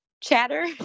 chatter